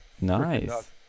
Nice